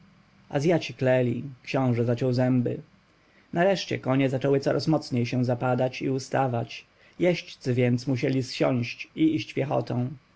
gruntu azjaci klęli książę zaciął zęby nareszcie konie zaczęły coraz mocniej się zapadać i ustawać jeźdźcy więc musieli zsiąść i iść piechotą